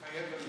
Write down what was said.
מתחייב אני